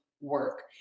work